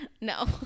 No